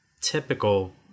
typical